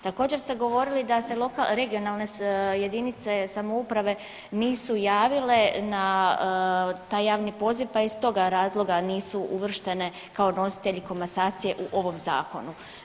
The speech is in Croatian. Također ste govorili da se regionalne jedinice samouprave nisu javile na taj javni poziv pa iz toga razloga nisu uvrštene kao nositelji komasacije u ovom zakonu.